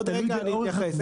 זה תלוי באורך הכביש.